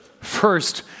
First